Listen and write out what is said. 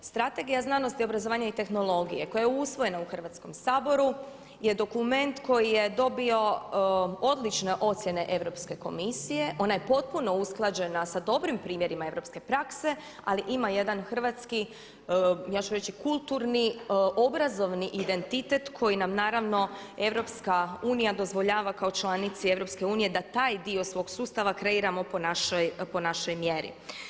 Strategija znanosti, obrazovanja i tehnologije koja je usvojena u Hrvatskom saboru je dokument koji je dobio odlične ocjene Europske komisije, ona je potpuno usklađena sa dobrim primjerima europske prakse ali ima jedan hrvatski ja ću reći kulturni obrazovni identitet koji nam naravno EU dozvoljava kao članici EU da taj dio svog sustava kreiramo po našoj mjeri.